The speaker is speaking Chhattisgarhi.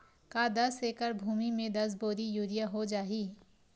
का दस एकड़ भुमि में दस बोरी यूरिया हो जाही?